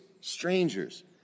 strangers